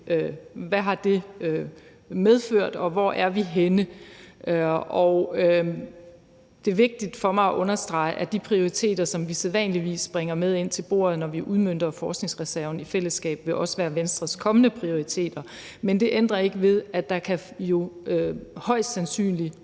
har medført, og hvor vi er henne. Det er vigtigt for mig at understrege, at de prioriteter, som vi sædvanligvis bringer med ind til bordet, når vi udmønter forskningsreserven i fællesskab, også vil være Venstres kommende prioriteter. Men det ændrer ikke ved, at det jo højst sandsynligt,